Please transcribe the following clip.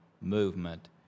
movement